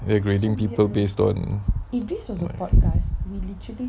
their grading people based on right